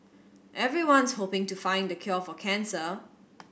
everyone's hoping to find the cure for cancer